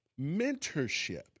Mentorship